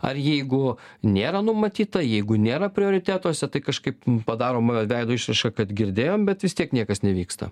ar jeigu nėra numatyta jeigu nėra prioritetuose tai kažkaip padaroma veido išraiška kad girdėjom bet vis tiek niekas nevyksta